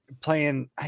playing